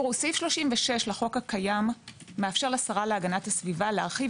סעיף 36 לחוק הקיים מאפשר לשרה להגנת הסביבה להרחיב